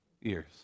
years